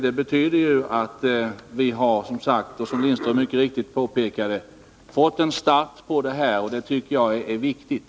Det betyder, som Ralf Lindström mycket riktigt påpekade, att detta fått en start, och det tycker jag är viktigt.